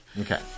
okay